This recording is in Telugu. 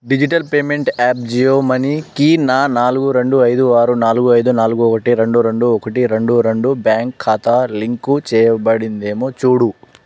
డిజిటల్ పేమెంట్ యాప్ జియో మనీకి నా నాలుగు రెండు ఐదు ఆరు నాలుగు ఐదు నాలుగు ఒకటి రెండు రెండు ఒకటి రెండు రెండు బ్యాంక్ ఖాతా లింకు చేయబడిందేమో చూడు